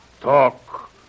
talk